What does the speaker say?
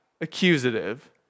accusative